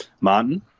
Martin